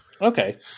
Okay